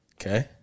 Okay